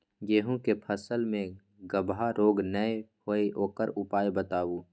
गेहूँ के फसल मे गबहा रोग नय होय ओकर उपाय बताबू?